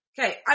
okay